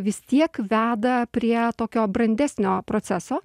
vis tiek veda prie tokio brandesnio proceso